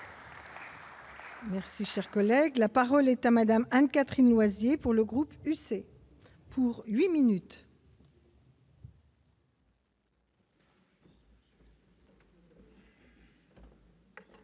Merci, cher collègue, la parole est à Madame Anne-Catherine Noisy pour le groupe UC pour 8 minutes.